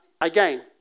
Again